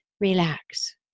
relax